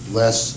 less